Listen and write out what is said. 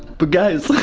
but guys